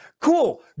Cool